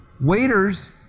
Waiters